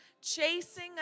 chasing